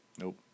Nope